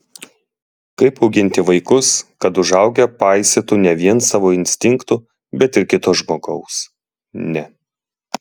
kaip auginti vaikus kad užaugę paisytų ne vien savo instinktų bet ir kito žmogaus ne